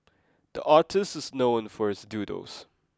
the artist is known for his doodles